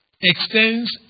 extends